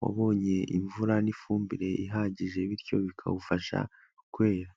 wabonye imvura n'ifumbire ihagije bityo bikawufasha kwera.